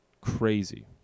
crazy